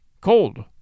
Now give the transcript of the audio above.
cold